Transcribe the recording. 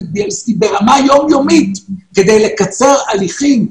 ביילסקי ברמה יום-יומית כדי לקצר הליכים,